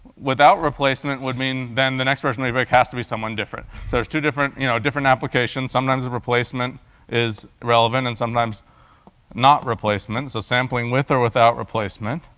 without replacement would mean, then the next person we pick has to be someone different. so there's two different you know different applications sometimes the replacement is relevant and sometimes not replacement, so sampling with or without replacement.